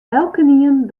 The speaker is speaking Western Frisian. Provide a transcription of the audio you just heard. elkenien